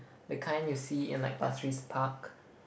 the kind you see in like Pasir-RisPark